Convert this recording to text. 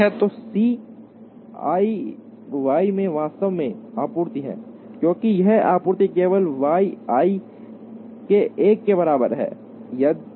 तो C i Y मैं वास्तव में आपूर्ति है क्योंकि यह आपूर्ति केवल Y i के 1 के बराबर है